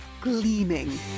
gleaming